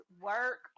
work